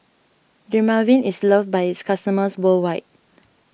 Dermaveen is loved by its customers worldwide